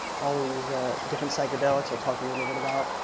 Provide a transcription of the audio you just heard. all of these ah different psychedelics i'll talk a little bit about.